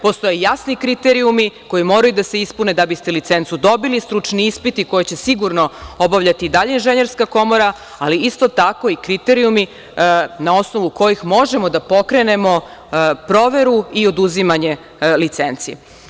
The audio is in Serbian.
Postoje jasni kriterijumi koji moraju da se ispune da biste licencu dobili, stručni ispiti koji će sigurno obavljati i dalje Inženjerska komora, ali isto tako i kriterijumi na osnovu kojih možemo da pokrenemo proveru i oduzimanje licenci.